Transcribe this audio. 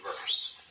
verse